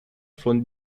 von